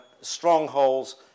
strongholds